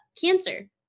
Cancer